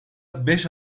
beş